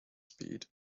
speed